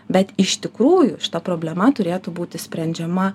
bet iš tikrųjų šita problema turėtų būti sprendžiama